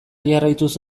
jarraituz